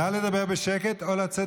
נא לדבר בשקט או לצאת